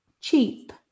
cheap